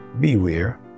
beware